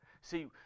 See